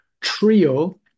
trio